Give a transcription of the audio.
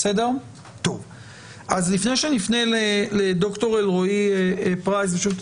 לפני שנפנה לד"ר אלרעי פרייס שוב,